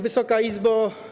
Wysoka Izbo!